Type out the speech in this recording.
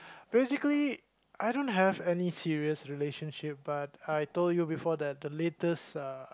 basically I don't have any serious relationship but I told you before that the latest uh